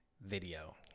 video